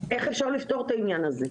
איך אפשר לפתור את העניין הזה?